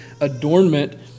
adornment